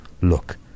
look